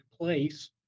place